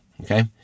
okay